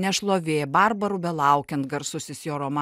nešlovė barbarų belaukiant garsusis jo roma